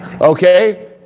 okay